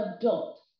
adult